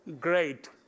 great